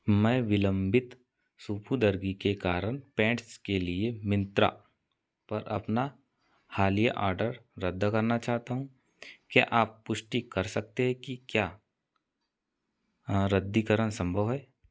मैं विलंबित सुपुर्दर्गी के कारण पैंट्स के लिए मिंत्रा पर अपना हालिया ऑर्डर रद्द करना चाहता हूँ क्या आप पुष्टि कर सकते हैं कि क्या रद्दीकरण संभव है